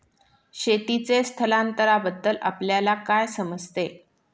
शेतीचे स्थलांतरबद्दल आपल्याला काय समजते?